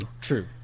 true